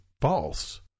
false